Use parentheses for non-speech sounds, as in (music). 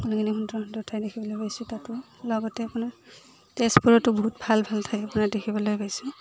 (unintelligible) ঠাই দেখিবলৈ পাইছোঁ তাতো লগতে আপোনাৰ তেজপুৰতো বহুত ভাল ভাল ঠাই আপোনাৰ দেখিবলৈ পাইছোঁ